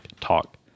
talk